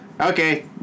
okay